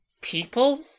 people